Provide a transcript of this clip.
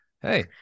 hey